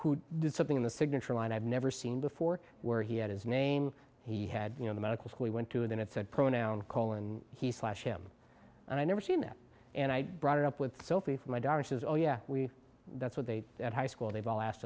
who did something in the signature line i've never seen before where he had his name he had you know the medical school he went to and then it said pronoun call and he slash him and i never seen that and i brought it up with sophie for my daughter says oh yeah we that's what they at high school they've all asked